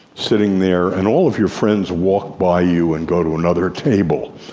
sitting there, and all of your friends walk by you and go to another table.